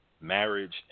marriage